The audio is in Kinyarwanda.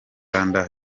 nganda